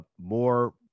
more